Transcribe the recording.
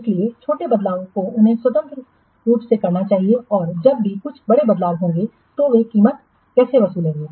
इसलिए छोटे बदलावों को उन्हें स्वतंत्र रूप से करना चाहिए और जब भी कुछ बड़े बदलाव होंगे तो वे कीमत कैसे वसूलेंगे